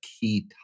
key